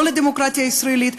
לא לדמוקרטיה הישראלית,